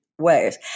ways